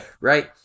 right